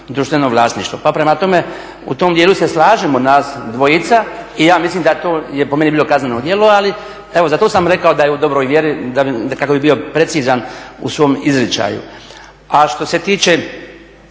društveno vlasništvo pa prema tome, u tom dijelu se slažemo nas dvojica i ja mislim da to je po meni bilo kazneno djelo, ali evo, za to sam rekao da je u dobroj vjeri, da kako bih bio precizan u svom izričaju. A što se tiče